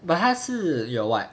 but 他是有 ah